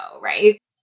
right